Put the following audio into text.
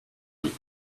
you